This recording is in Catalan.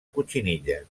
cotxinilla